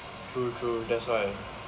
true true that's why